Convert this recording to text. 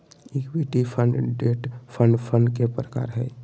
equity fund, debt fund fund के प्रकार हय